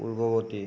পূৰ্বৱতী